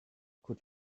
could